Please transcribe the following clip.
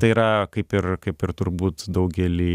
tai yra kaip ir kaip ir turbūt daugely